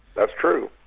that's true.